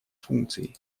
функций